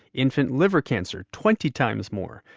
infant liver cancer twenty times more.